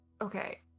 Okay